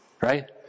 Right